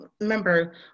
remember